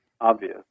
obvious